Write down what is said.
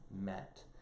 met